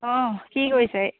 অঁ কি কৰিছে